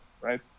right